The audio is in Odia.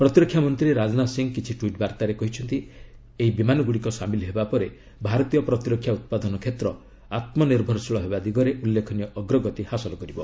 ପ୍ରତିରକ୍ଷା ମନ୍ତ୍ରୀ ରାଜନାଥ ସିଂହ କିଛି ଟ୍ୱିଟ୍ ବାର୍ତ୍ତାରେ କହିଛନ୍ତି ଏହି ବିମାନଗୁଡ଼ିକ ସାମିଲ୍ ହେବା ପରେ ଭାରତୀୟ ପ୍ରତିରକ୍ଷା ଉତ୍ପାଦନ କ୍ଷେତ୍ର ଆତ୍କନିର୍ଭରଶୀଳ ହେବା ଦିଗରେ ଉଲ୍ଲେଖନୀୟ ଅଗ୍ରଗତି ହାସଲ କରିବ